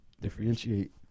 Differentiate